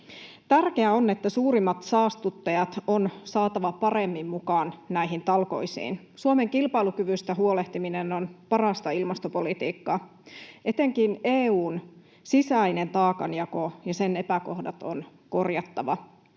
Tärkeää on, että suurimmat saastuttajat on saatava paremmin mukaan näihin talkoisiin. Suomen kilpailukyvystä huolehtiminen on parasta ilmastopolitiikkaa. Etenkin EU:n sisäinen taakanjako ja sen epäkohdat on korjattava.